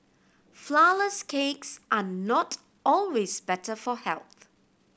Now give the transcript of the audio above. flourless cakes are not always better for health